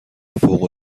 فوق